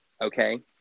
okay